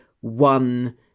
one